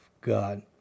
God